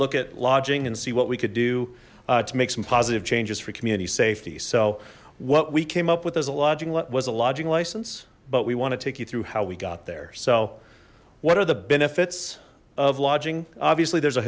look at lodging and see what we could do to make some positive changes for community safety so what we came up with as a lodging was a lodging license but we want to take you through how we got there so what are the benefits of lodging obviously there's a